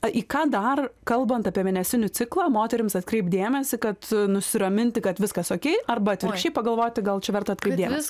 į ką dar kalbant apie mėnesinių ciklą moterims atkreipt dėmesį kad nusiraminti kad viskas okei arba atvirkščiai pagalvoti gal čia verta atkreipt dėmesį